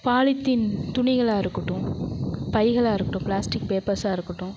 polythene துணிகளாக இருக்கட்டும் பைகளாக இருக்கட்டும் பிளாஸ்டிக் பேப்பர்ஸாக இருக்கட்டும்